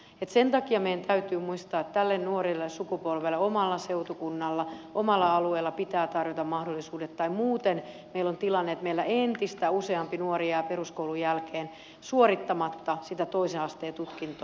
sen takia meidän täytyy muistaa että tälle nuorelle sukupolvelle omalla seutukunnalla omalla alueella pitää tarjota mahdollisuudet tai muuten meillä on tilanne että meillä entistä useampi nuori jää peruskoulun jälkeen suorittamatta sitä toisen asteen tutkintoa